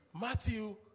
Matthew